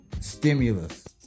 stimulus